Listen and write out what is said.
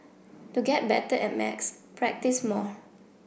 to get better at maths practise more